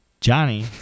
Johnny